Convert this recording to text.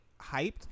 hyped